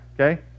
okay